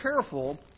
careful